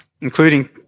including